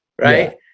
right